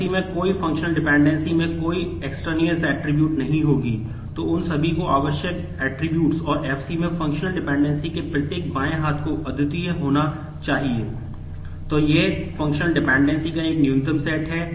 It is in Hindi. Fc में कोई फंक्शनल डिपेंडेंसी है